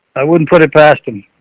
i wouldn't put it past and